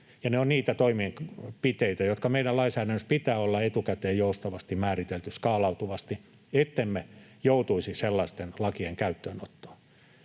ne ovat niitä toimenpiteitä, jotka meidän lainsäädännössä pitää olla etukäteen joustavasti määritelty skaalautuvasti, ettemme joutuisi sellaisten lakien käyttöönottoon